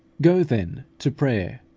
go, then, to prayer,